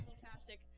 Fantastic